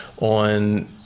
on